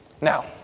Now